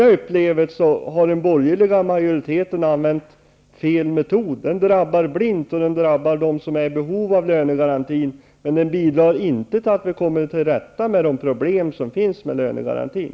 Jag upplever det som att den borgerliga majoriteten använder sig av fel metod. Den drabbar blint, eftersom de som är i behov av en lönegaranti drabbas. Inte heller bidrar den till att man kommer till rätta med de problem som finns med lönegarantin.